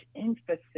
emphasis